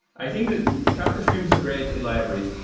i think that kafka stream is a great library.